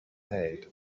made